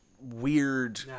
weird